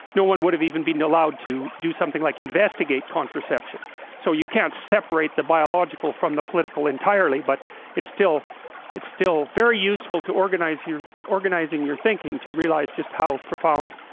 no one would have even been allowed to do something like investigate contraception so you can't separate the biological from the political entirely but it's still it's still very useful to organize your organizing your thinking to realize just how profound